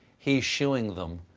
he's schewing them.